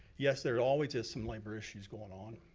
yes there always is some labor issues goin' on.